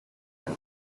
here